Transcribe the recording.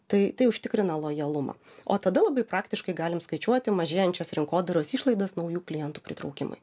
tai tai užtikrina lojalumą o tada labai praktiškai galim skaičiuoti mažėjančias rinkodaros išlaidas naujų klientų pritraukimui